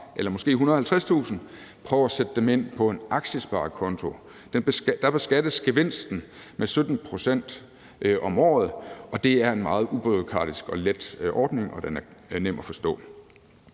eller måske 150.000 kr. ind på en aktiesparekonto. Der beskattes gevinsten med 17 pct. om året, og det er en meget ubureaukratisk og let ordning, og den er nem at forstå.